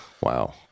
Wow